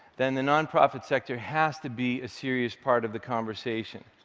then the nonprofit sector has to be a serious part of the conversation.